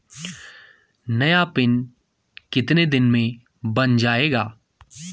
नया पिन कितने दिन में बन जायेगा?